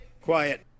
Quiet